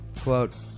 quote